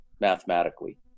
mathematically